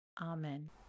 Amen